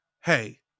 Hey